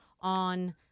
on